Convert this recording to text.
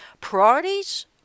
Priorities